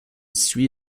suit